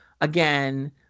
again